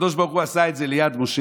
הקדוש ברוך הוא עשה את זה ליד משה,